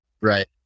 Right